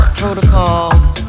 protocols